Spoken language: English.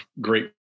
great